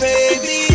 Baby